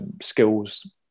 skills